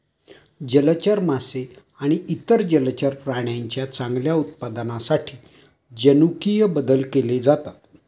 जलचर मासे आणि इतर जलचर प्राण्यांच्या चांगल्या उत्पादनासाठी जनुकीय बदल केले जातात